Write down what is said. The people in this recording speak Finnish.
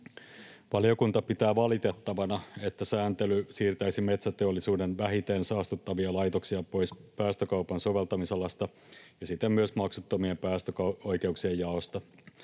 Valiokunta pitää valitettavana, että sääntely siirtäisi metsäteollisuuden vähiten saastuttavia laitoksia pois päästökaupan soveltamisalasta ja siten myös maksuttomien päästöoikeuksien jaosta.